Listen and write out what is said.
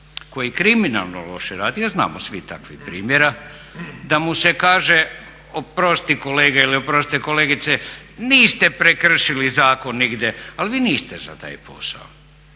koji kriminalno loše radi, a znamo svi takvih primjera, da mu se kaže oprosti kolega ili oprostite kolegice niste prekršili zakon nigdje, ali vi niste za taj posao?